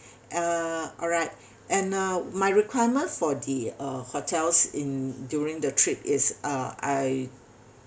uh alright and uh my requirement for the uh hotels in during the trip is uh I